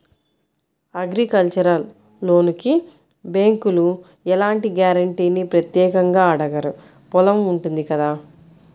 agricultural లోనుకి బ్యేంకులు ఎలాంటి గ్యారంటీనీ ప్రత్యేకంగా అడగరు పొలం ఉంటుంది కదా